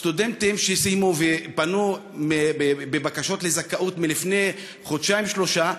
סטודנטים שסיימו ופנו בבקשות לזכאות לפני חודשיים-שלושה,